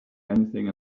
anything